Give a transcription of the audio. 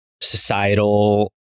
societal